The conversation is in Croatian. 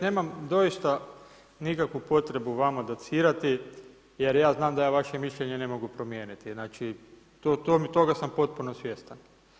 Nemam doista nikakvu potrebu vama docirati jer ja znam da ja vaše mišljenje ne mogu promijeniti, znači toga sam potpuno svjestan.